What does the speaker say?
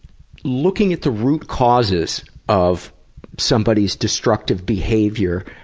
looking at the root causes of somebody's destructive behavior